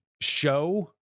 show